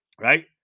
right